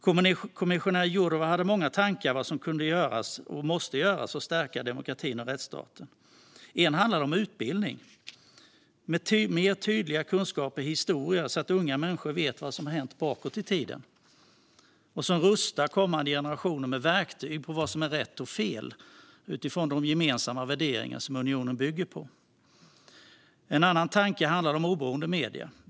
Kommissionär Jourová hade många tankar om vad som kan och vad som måste göras för att stärka demokratin och rättsstaten. En handlade om utbildning med tydligare kunskaper i historia så att unga människor vet vad som har hänt bakåt i tiden. Det rustar kommande generationer med verktyg för vad som är rätt och fel utifrån de gemensamma värderingar som unionen bygger på. En annan tanke handlade om oberoende medier.